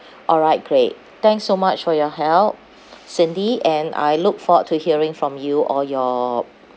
all right great thanks so much for your help cindy and I look forward to hearing from you or your